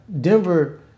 Denver